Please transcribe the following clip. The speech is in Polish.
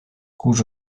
kurz